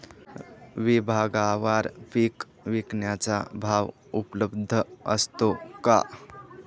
विभागवार पीक विकण्याचा भाव उपलब्ध असतो का?